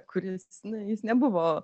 kuri na jis nebuvo